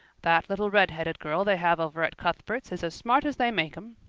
that little redheaded girl they have over at cuthbert's is as smart as they make em.